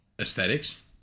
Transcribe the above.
aesthetics